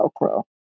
Velcro